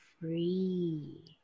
free